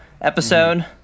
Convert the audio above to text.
Episode